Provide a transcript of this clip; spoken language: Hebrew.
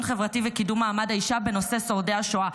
חברתי וקידום מעמד האישה בנושא שורדי השואה.